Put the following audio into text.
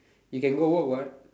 you can go work what